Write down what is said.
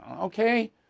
okay